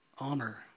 honor